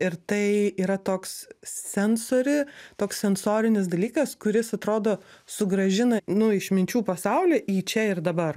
ir tai yra toks sensori toks sensorinis dalykas kuris atrodo sugrąžina nu iš minčių pasaulio į čia ir dabar